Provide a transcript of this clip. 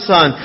Son